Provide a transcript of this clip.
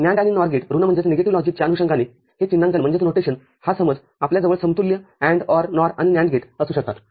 NAND आणि NOR गेटऋणलॉजिकच्या अनुषंगाने हे चिन्हांकन हा समज आपल्याजवळ समतुल्य AND OR NOR आणि NAND गेट असू शकतात